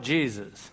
Jesus